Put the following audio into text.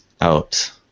out